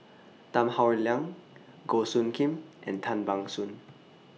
Tan Howe Liang Goh Soo Khim and Tan Ban Soon